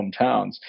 hometowns